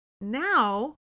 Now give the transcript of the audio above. now